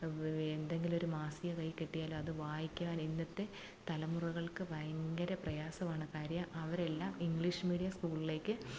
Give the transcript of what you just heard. എന്തെങ്കിലും ഒരു മാസിക കയ്യില് കിട്ടിയാലത് വായിക്കാനിന്നത്തെ തലമുറകൾക്ക് ഭയങ്കര പ്രയാസമാണ് കാര്യം അവരെല്ലാം ഇംഗ്ലീഷ് മീഡിയം സ്കൂളിലേക്ക്